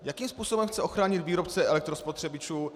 Jakým způsobem chce ochránit výrobce elektrospotřebičů?